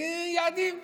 כי יעדים,